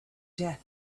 death